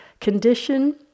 condition